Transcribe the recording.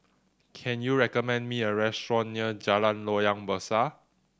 can you recommend me a restaurant near Jalan Loyang Besar